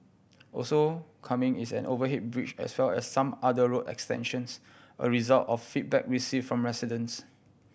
also coming is an overhead bridge as well as some other road extensions a result of feedback received from residents